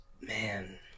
Man